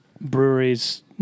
breweries